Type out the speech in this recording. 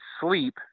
sleep